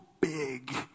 big